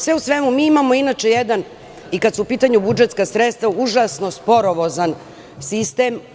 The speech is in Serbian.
Sve u svemu, mi imamo jedan, kada su u pitanju budžetska sredstva, užasno sporovozan sistem.